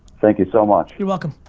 thank you so much. you're welcome.